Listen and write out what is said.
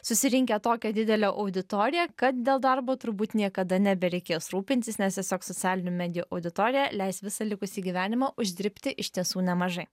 susirinkę tokią didelę auditoriją kad dėl darbo turbūt niekada nebereikės rūpintis nes tiesiog socialinių medijų auditorija leis visą likusį gyvenimą uždirbti iš tiesų nemažai